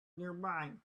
nearby